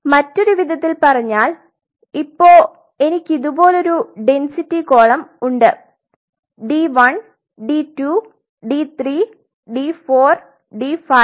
മറ്റൊരു വിധത്തിൽ പറഞ്ഞാൽ ഇപ്പൊ എനിക്ക് ഇതുപോലൊരു ഡെന്സിറ്റി കോളം ഉണ്ട് d 1 d 2 d 3 d 4 d 5 d 6 d 7